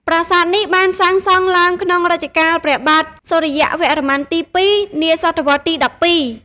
ប្រាសាទនេះបានសាងសង់ឡើង ក្នុងរជ្ជកាលព្រះបាទសុរិយវរ្ម័នទី ២ នាសតវត្សរ៍ទី១២ ។